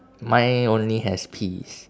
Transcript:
mine only has peas